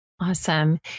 Awesome